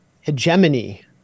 hegemony